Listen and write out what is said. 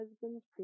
husband's